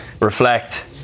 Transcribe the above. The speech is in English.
reflect